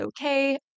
okay